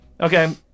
Okay